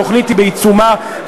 התוכנית בעיצומה.